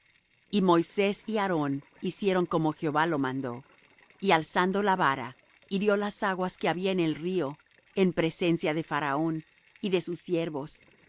y moisés y aarón hicieron como jehová lo mandó y alzando la vara hirió las aguas que había en el río en presencia de faraón y de sus siervos